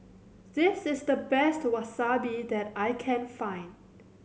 this is the best Wasabi that I can find